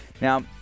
Now